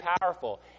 powerful